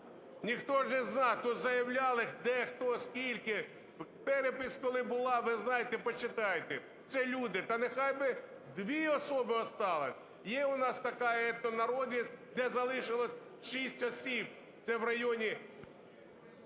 Ніхто ж не знає, тут заявляли, де, хто, скільки. Перепис, коли був, ви знаєте, почитайте, це люди. Та нехай би дві особи осталось, є у нас така народність, де залишилось шість осіб, це в районі…